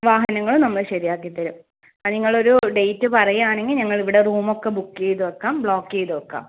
വാഹനങ്ങളും നമ്മൾ ശരിയാക്കി തരും അതിന് നിങ്ങൾ ഒരു ഡേറ്റ് പറയുകയാണെങ്കിൽ ഞങ്ങളിവിടെ റൂം ഒക്കെ ബുക്ക് ചെയ്ത് വെയ്ക്കാം ബ്ലോക്ക് ചെയ്ത് വെയ്ക്കാം